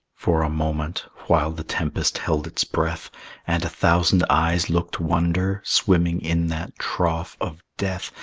for a moment, while the tempest held its breath and a thousand eyes looked wonder, swimming in that trough of death,